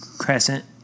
crescent